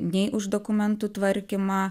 nei už dokumentų tvarkymą